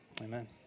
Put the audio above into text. amen